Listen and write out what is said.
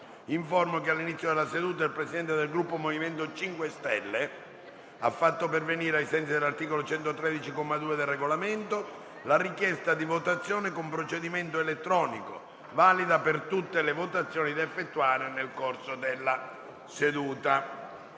che all'inizio della seduta il Presidente del Gruppo MoVimento 5 Stelle ha fatto pervenire, ai sensi dell'articolo 113, comma 2, del Regolamento, la richiesta di votazione con procedimento elettronico per tutte le votazioni da effettuare nel corso della seduta.